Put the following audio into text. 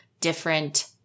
different